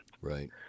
right